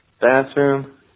bathroom